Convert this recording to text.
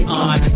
on